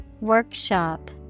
Workshop